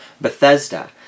Bethesda